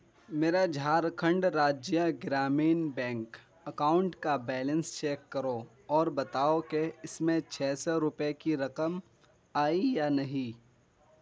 میرا Jharkhand Rajya Gramin bank account کا balance check کرو اور بتاؤ کہ اس میں چھ سو روپئے کی رقم آئی یا نہیں